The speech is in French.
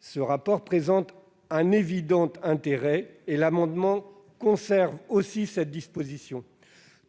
Ce rapport présente un évident intérêt et l'amendement conserve aussi cette disposition.